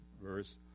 verse